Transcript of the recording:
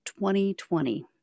2020